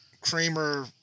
Kramer